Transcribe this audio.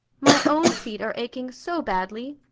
my own feet are aching so badly,